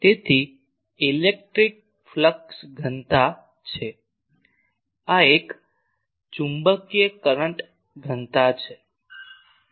તેથી આ electric flux ઘનતા છે આ એક ચુંબકીય કરંટ ઘનતા છે